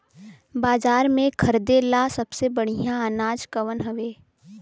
बाजार में खरदे ला सबसे बढ़ियां अनाज कवन हवे?